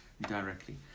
directly